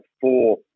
four